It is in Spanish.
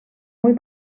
muy